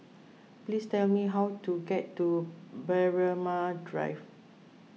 please tell me how to get to Braemar Drive